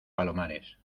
palomares